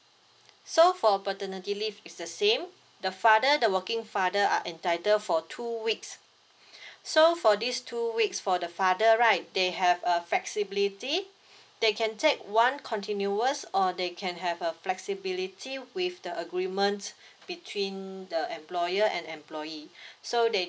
so for paternity leave is the same the father the working father are entitled for two weeks so for these two weeks for the father right they have a flexibility they can take one continuous or they can have a flexibility with the agreement between the employer and employee so they